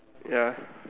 ya